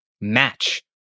match